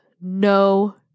no